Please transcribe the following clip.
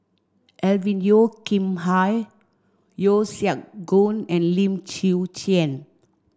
Alvin Yeo Khirn Hai Yeo Siak Goon and Lim Chwee Chian